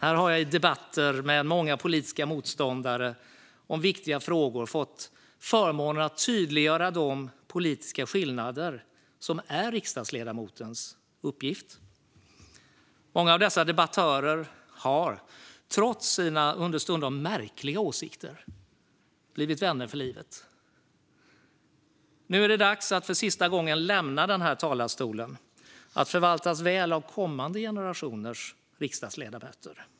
Här har jag i debatter med många politiska motståndare om viktiga frågor fått förmånen att tydliggöra de politiska skillnaderna - det som är riksdagsledamotens uppgift. Många av dessa debattörer har - trots sina understundom märkliga åsikter - blivit vänner för livet. Nu är det dags att för sista gången lämna den här talarstolen att förvaltas väl av kommande generationers riksdagsledamöter.